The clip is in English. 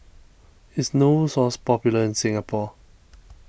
is Novosource popular in Singapore